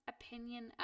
opinion